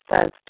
says